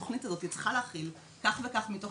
התוכנית הזאתי צריכה לבוא ולהכיל כך וכך מתוך